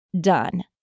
done